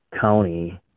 county